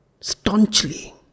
staunchly